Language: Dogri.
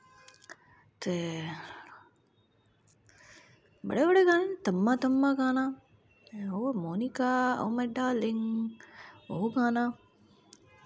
ते बड़े गाने न तम्मा तम्मा गाना oh Monica oh my darling oh गाना